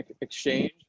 exchange